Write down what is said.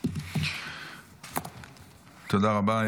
תודה רבה.